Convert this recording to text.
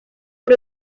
por